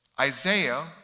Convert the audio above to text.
Isaiah